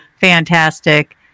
fantastic